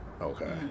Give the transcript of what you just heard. Okay